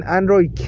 Android